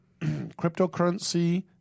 cryptocurrency